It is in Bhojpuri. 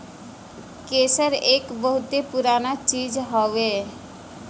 केसर एक बहुते पुराना चीज हउवे